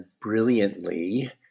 brilliantly